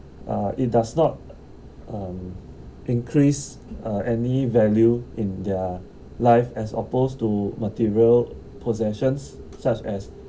uh it does not um increase uh any value in their life as opposed to material possessions such as